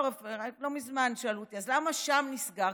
לא מזמן שאלו אותי: אז למה שם נסגר?